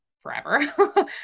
forever